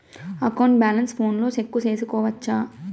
account balance ఫోనులో check సేసుకోవచ్చా